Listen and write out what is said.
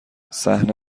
صحنه